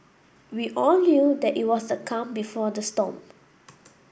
we all knew that it was the calm before the storm